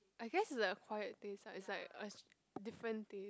I guess is a acquired taste ah it's like a different taste